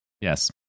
Yes